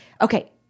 Okay